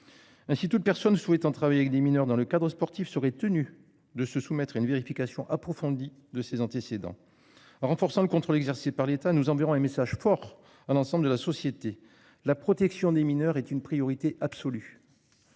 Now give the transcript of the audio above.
Ainsi, toute personne souhaitant travailler avec des mineurs dans le cadre sportif seraient tenus de se soumettre à une vérification approfondie de ces antécédents. Renforçant le contrôle exercé par l'État, nous enverrons un message fort à l'ensemble de la société. La protection des mineurs est une priorité absolue.